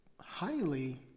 highly